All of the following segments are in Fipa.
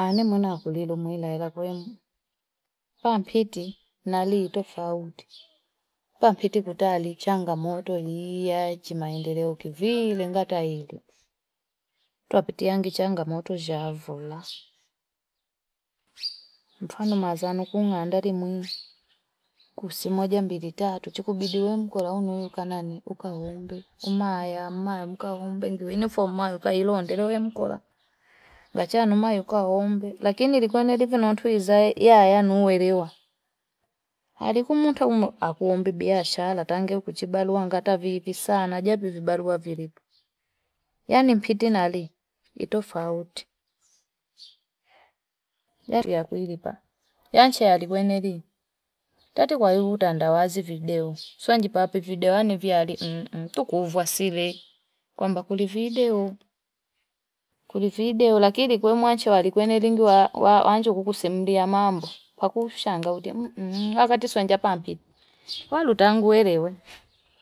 Anemwana kulile mwilalela kwenu pampiti nalii tofauti, pampiti kutali changa moto iiya chimaendeleo kiviile ngata yendu twapitiagi changamoto za avola mfano maza kuhandali mwi kusimoja mbili tatu chikubidi we mkola uni kanani ukawombe umayaa ukawombe unifomu mayo kailonde roho yankora bachano mayo kahombe lakini likiwa na watu di izae yaya nuwelewa alikumutu akuombi biashala tangechibarua ngata vivi sana japo vibalua vilipo, yani mpiti na li ni tofauti, tuiyakuilipa yanche yani kueneli tatu kwahii utanda wazi video suwanji papi video yani viali mmm tukuva sile kwamba kuli videoo, kuli videoo lakini kwe mwanchi walikwenilingi wa- wa- wanje kukusimulia mambo pakushangaute mmmh mmh wakati sanjwa pampi wene tangwelewe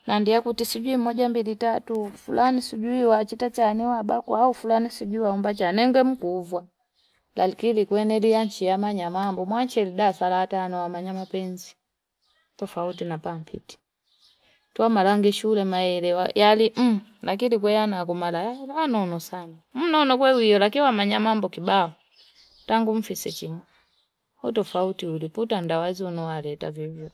nandiakuti sijui moja mbili tatu fulani sijui wachita chane waba kwa hao fulani sijui waomba chane nenge mkuvwaa lakin twenelia nshia manya mambo mwache di dalasa la tano amamnya mapenzi tofauti na pampiti twamalange shule maelewa yali mmh lakini kwe yana kumala maeneano no sana mnono kwewiye lakini wamanya mambo kibao tangu mfisitimukupo tofauti uli utandawazi unawaleta vivo.